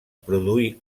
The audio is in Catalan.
produir